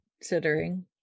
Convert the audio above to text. considering